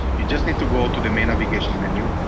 you just need to go to the main navigation menu.